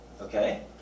Okay